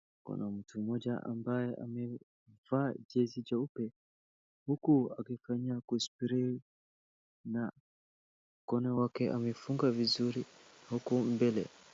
Kuna mtu mmoja ambaye amevaa jezi jeupe huku akikaa kuspray na mkono wake amefunga vizuri huku mbele.